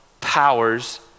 powers